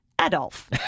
Adolf